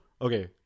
okay